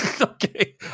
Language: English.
Okay